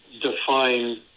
define